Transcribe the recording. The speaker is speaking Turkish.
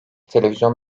televizyon